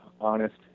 honest